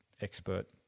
expert